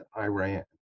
Iran